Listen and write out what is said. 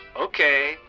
Okay